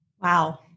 Wow